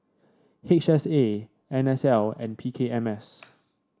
H S A N S L and P K M S